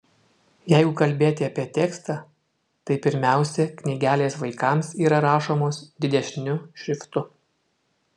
jeigu kalbėti apie tekstą tai pirmiausia knygelės vaikams yra rašomos didesniu šriftu